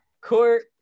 Court